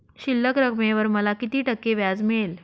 शिल्लक रकमेवर मला किती टक्के व्याज मिळेल?